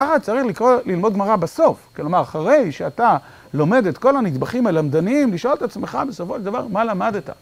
אה, צריך לקרוא ללמוד גמרא בסוף, כלומר אחרי שאתה לומד את כל הנדבכים הלמדניים לשאול את עצמך בסופו של דבר מה למדת.